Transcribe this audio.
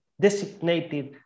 designated